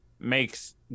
makes